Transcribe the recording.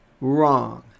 wrong